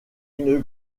une